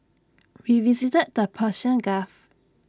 we visited the Persian gulf